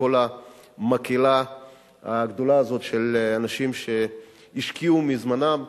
כל המקהלה הזאת של אנשים שהשקיעו מזמנם,